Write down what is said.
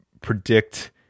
predict